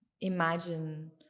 imagine